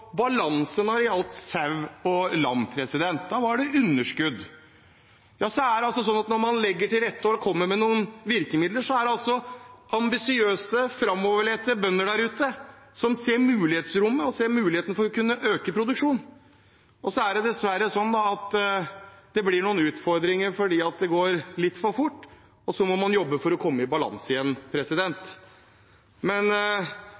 underskudd. Når man legger til rette og kommer med noen virkemidler, er det ambisiøse, framoverlente bønder der ute som ser mulighetsrommet, som ser muligheten for å kunne øke produksjonen. Da er det dessverre sånn at det blir noen utfordringer fordi det går litt for fort, og så må man jobbe for å komme i balanse igjen. Men